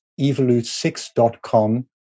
evolute6.com